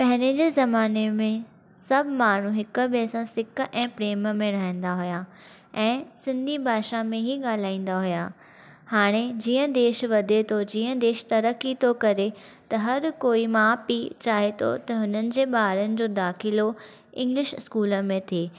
पहिरीं जे ज़माने में सभु माण्हू हिकु ॿे सां सिक ऐं प्रेम में रहंदा हुया ऐं सिंधी भाषा में ई ॻाल्हाईंदा हुया हाणे जीअं देश वधे थो जीअं देश तरकी थो करे त हर कोई माउ पीउ चाहे थो त हुननि जे ॿारनि जो दाखिलो इंगलिश स्कूल में थिए